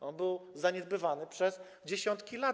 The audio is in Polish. On był zaniedbywany przez dziesiątki lat.